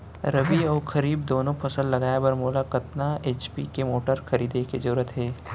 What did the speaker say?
रबि व खरीफ दुनो फसल लगाए बर मोला कतना एच.पी के मोटर खरीदे के जरूरत हे?